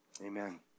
Amen